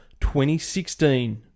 2016